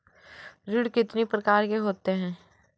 ऋण कितनी प्रकार के होते हैं?